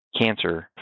cancer